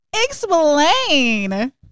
Explain